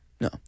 No